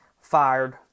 fired